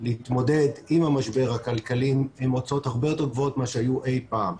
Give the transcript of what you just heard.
להתמודד עם המשבר הכלכלי הם הוצאות הרבה יותר גבוהות ממה שהיו אי פעם.